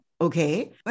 okay